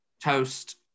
toast